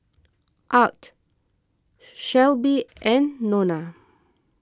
Arch Shelbi and Nona